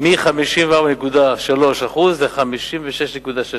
מ-54.3% ל-56.6%,